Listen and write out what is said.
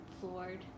floored